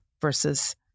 Versus